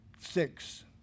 Six